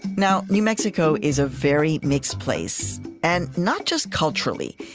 now, new mexico is a very mixed place and not just culturally.